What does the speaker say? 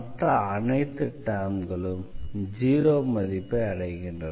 மற்ற அனைத்து டெர்ம்களும் ஜீரோ மதிப்பை அடைகின்றன